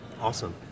Awesome